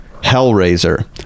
Hellraiser